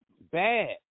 Bad